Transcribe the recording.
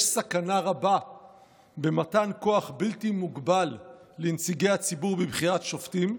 יש סכנה רבה במתן כוח בלתי מוגבל לנציגי הציבור בבחירת שופטים,